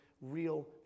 real